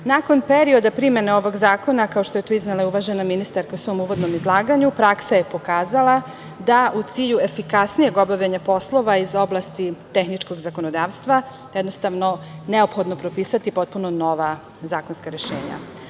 perioda primene ovog zakona, kao što je to iznela uvažena ministarka u svom uvodnom izlaganju, praksa je pokazala da u cilju efikasnijeg obavljanja poslova iz oblasti tehničkog zakonodavstva neophodno je propisati potpuno nova zakonska rešenja.